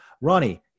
Ronnie